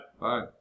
Bye